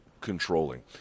controlling